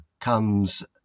comes